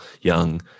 Young